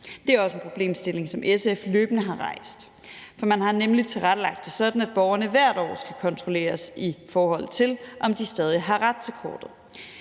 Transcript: Det er også en problemstilling, som SF løbende har rejst. For man har nemlig tilrettelagt det sådan, at borgerne hvert år skal kontrolleres, i forhold til om de stadig har ret til kortet.